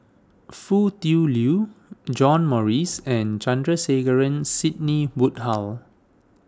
Foo Tui Liew John Morrice and Sandrasegaran Sidney Woodhull